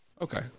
okay